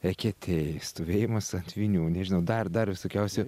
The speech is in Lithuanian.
eketėj stovėjimas ant vinių nežinau dar dar visokiausių